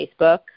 Facebook